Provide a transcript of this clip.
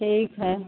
ठीक है